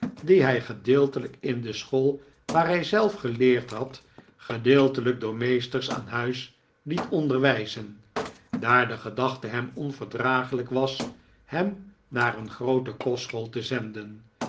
dien hij gedeeltelijk in de school waar hij zelf geleerd had gedeeltelijk door meesters aan huis liet onderwijzen daar de gedachte hem onverdraaglijk was hem naar eene groote kostschool te zenden